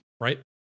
Right